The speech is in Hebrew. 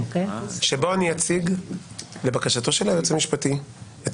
אני אציג לבקשתו של היועץ המשפטי את